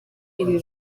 iri